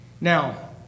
now